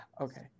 Okay